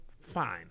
fine